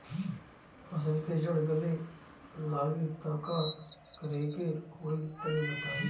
फसल के जड़ गले लागि त का करेके होई तनि बताई?